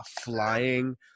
flying